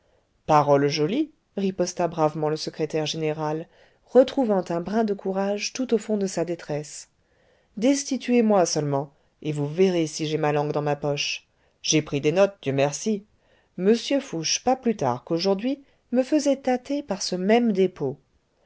parole jolie riposta bravement le secrétaire général retrouvant un brin de courage tout au fond de sa détresse destituez moi seulement et vous verrez si j'ai ma langue dans ma poche j'ai pris des notes dieu merci m fouché pas plus tard qu'aujourd'hui me faisait tâter par ce même despaux